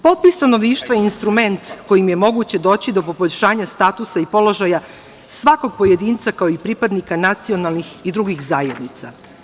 Popis stanovništva je instrument kojim je moguće doći do poboljšanja statusa i položaja svakog pojedinca, kao i pripadnika nacionalnih i drugih zajednica.